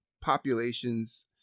populations